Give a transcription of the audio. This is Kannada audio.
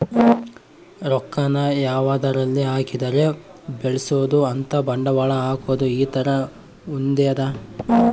ರೊಕ್ಕ ನ ಯಾವದರಲ್ಲಿ ಹಾಕಿದರೆ ಬೆಳ್ಸ್ಬೊದು ಅಂತ ಬಂಡವಾಳ ಹಾಕೋದು ಈ ತರ ಹೊಂದ್ಯದ